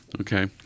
Okay